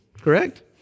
correct